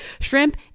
shrimp